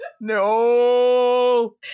No